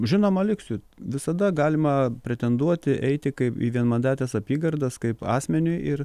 žinoma liksiu visada galima pretenduoti eiti kaip į vienmandates apygardas kaip asmeniui ir